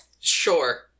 sure